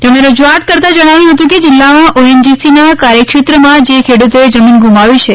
તેમણે રજૂઆત કરતાં જણાવ્યું હતું કે જીલ્લામાં ઓએનજીસીના કાર્યક્ષેત્રમાં જે ખેડૂતોએ જમીન ગુમાવી છે